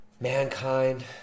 mankind